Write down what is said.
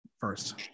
first